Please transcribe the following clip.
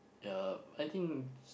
ya I think s~